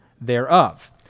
thereof